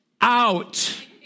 out